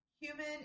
human